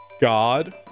god